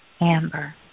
amber